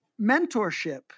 mentorship